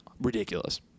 ridiculous